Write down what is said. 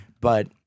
But-